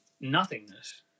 nothingness